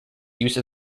use